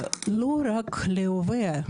לא רק להווה,